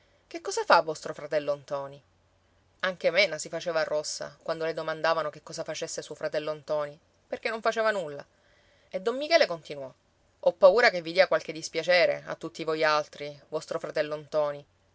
che cosa fa vostro fratello ntoni anche mena si faceva rossa quando le domandavano che cosa facesse suo fratello ntoni perché non faceva nulla e don michele continuò ho paura che vi dia qualche dispiacere a tutti voi altri vostro fratello ntoni